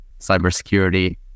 cybersecurity